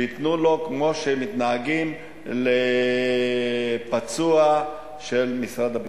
שייתנו לו כמו שמתנהגים לפצוע של משרד הביטחון.